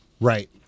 Right